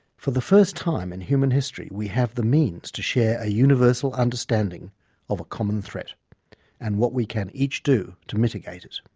for the first time in human history, we have the means to share a universal understanding of a common threat and what we can each do to mitigate it.